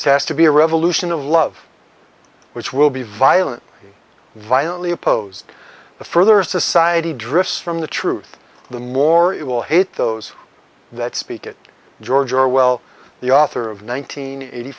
sas to be a revolution of love which will be violent violently opposed the further a society drifts from the truth the more it will hate those that speak it george orwell the author of one nine hundred eighty